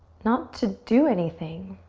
not to do anything,